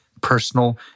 personal